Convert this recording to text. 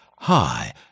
Hi